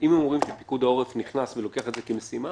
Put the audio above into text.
אם הם אומרים שפיקוד העורף נכנס ולוקח את זה כמשימה